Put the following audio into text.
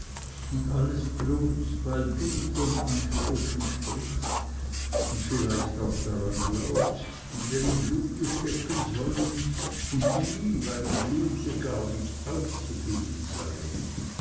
und alles bloß weil du von ansprüchen sprichst und vielleicht auch daran glaubst die mir im blute stecken sollen und die weil im blute gar nicht aufzugeben seien